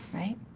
right?